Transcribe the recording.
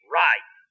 right